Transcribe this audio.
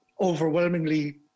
overwhelmingly